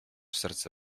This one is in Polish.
serce